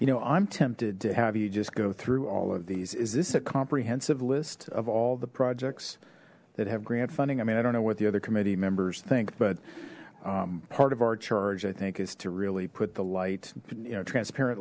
you know i'm tempted to have you just go through all of these is this a comprehensive list of all the projects that have grant funding i mean i don't know what the other committee members think but part of our charge i think is to really put the light you know transparent